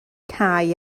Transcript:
cau